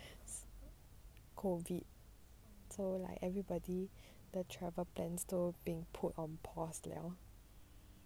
COVID so like everybody the travel plans 都 being put on pause liao